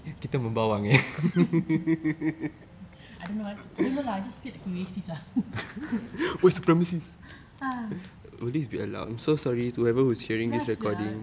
I don't know I don't know lah I just feel he racist ah ya sia